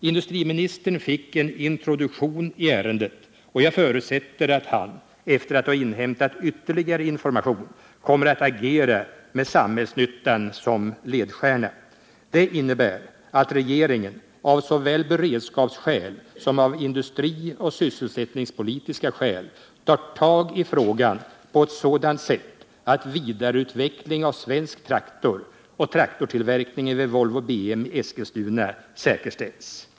Industriministern fick en introduktion i ärendet, och jag förutsätter att han, efter att ha inhämtat ytterligare information, kommer att agera med samhällsnyttan som ledstjärna. Det innebär att regeringen, såväl av beredskapsskäl som av industrioch sysselsättningspolitiska skäl, tar tag i frågan på ett sådant sätt att vidareutvecklingen av svensk traktor och traktortillverkningen vid Volvo BM i Eskilstuna säkerställs.